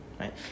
right